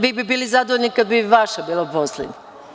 Vi bi bili zadovoljni kada bi vaša bila poslednja.